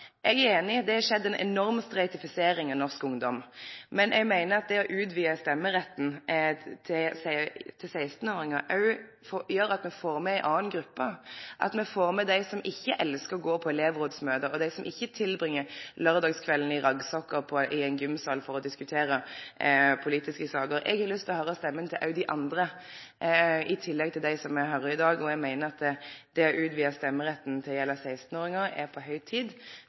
eg er einig i at det har skjedd ei enorm streitifisering av norsk ungdom, men eg meiner at det å utvide stemmeretten til 16-åringar òg gjer at me får med ei anna gruppe: Me får med dei som ikkje elskar å gå på elevrådsmøte, og dei som ikkje brukar laurdagskveldane i raggsokkar i ein gymsal for å diskutere politiske saker. Eg har lyst til å høyre stemma også til dei andre – i tillegg til dei som ein høyrer i dag – og eg meiner at det å utvide stemmeretten til å gjelde 16-åringer er på høg tid